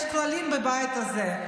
יש כללים בבית הזה.